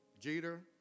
Jeter